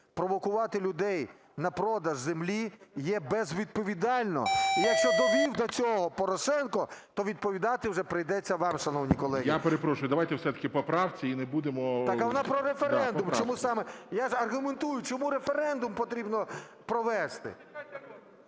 провокувати людей на продаж землі є безвідповідально. І якщо довів до цього Порошенко, то відповідати вже прийдеться вам, шановні колеги. ГОЛОВУЮЧИЙ. Я перепрошую. Давайте все-таки по правці. І не будемо… ШУФРИЧ Н.І. Так а вона про референдум, чому саме… Я аргументую, чому референдум потрібно провести.